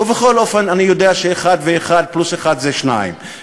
ובכל אופן אני יודע שאחד פלוס אחד הם שניים.